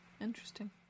Interesting